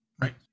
Right